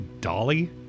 Dolly